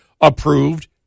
approved